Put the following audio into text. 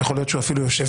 יכול להיות שאפילו הוא יושב